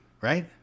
right